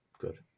good